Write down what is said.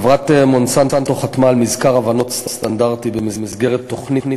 חברת "מונסנטו" חתמה על מזכר הבנות סטנדרטי במסגרת תוכנית